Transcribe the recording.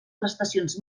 prestacions